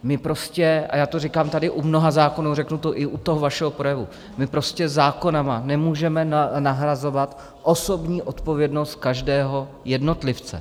My prostě, a já to říkám tady u mnoha zákonů, řeknu to i u toho vašeho projevu my prostě zákony nemůžeme nahrazovat osobní odpovědnost každého jednotlivce.